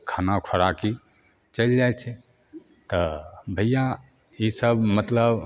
खाना खोराकी चलि जाइ छै तऽ भैया ई सब मतलब